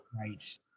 Right